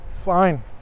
fine